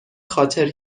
خاطر